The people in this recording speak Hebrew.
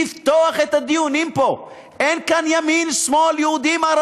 לפתוח אתו את הדיונים פה.